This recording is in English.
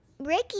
Ricky